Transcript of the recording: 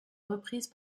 reprise